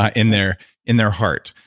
ah in their in their heart.